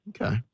Okay